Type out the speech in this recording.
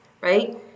right